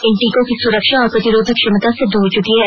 इन टीकों की सुरक्षा और प्रतिरोधक क्षमता सिद्ध हो चुकी है